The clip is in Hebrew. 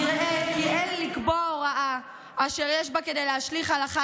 נראה כי אין לקבוע הוראה אשר יש בה כדי להשליך הלכה